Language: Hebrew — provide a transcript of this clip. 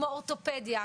כמו אורתופדיה,